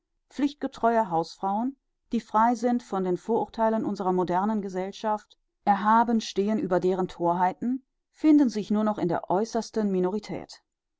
pflichtgetreue hausfrauen die frei sind von den vorurtheilen unserer modernen gesellschaft erhaben stehen über deren thorheiten finden sich nur noch in der äußersten minorität